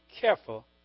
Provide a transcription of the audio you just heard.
careful